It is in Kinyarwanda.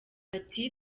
ati